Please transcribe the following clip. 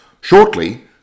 Shortly